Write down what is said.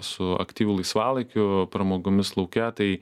su aktyviu laisvalaikiu pramogomis lauke tai